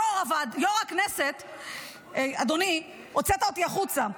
יו"ר הכנסת, אדוני, הוצאת אותי החוצה.